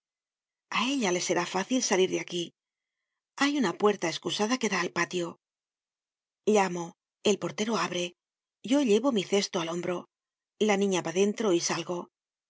a ella le será fácil salir de aquí hay una puerta escusada que da al patio llamo el portero abre yo llevo mi cesto al hombro la niña va dentro y salgo el